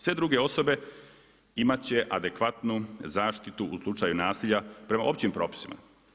Sve druge osobe imat će adekvatnu zaštitu u slučaju nasilja prema općim propisima.